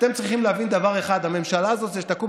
אתם צריכים להבין דבר אחד: הממשלה הזאת שתקום,